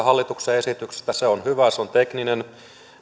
hallituksen esityksestä se on hyvä se on tekninen